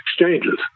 exchanges